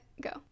go